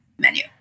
Menu